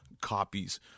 copies